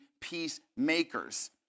peacemakers